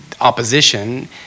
opposition